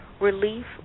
relief